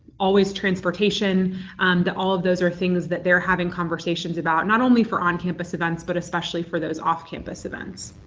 always transportation and that all of those are things that they're having conversations about, not only for on-campus events but especially for those off-campus events.